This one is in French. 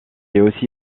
aussi